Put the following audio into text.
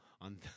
on